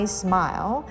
smile